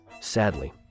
Sadly